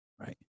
Right